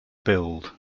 build